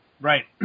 Right